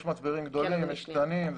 יש מצברים גדולים, יש מצברים קטנים.